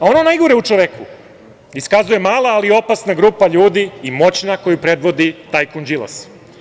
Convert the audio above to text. Ono najgore u čoveku iskazuje mala, ali opasna grupa ljudi i moćna koju predvodi tajkun Đilas.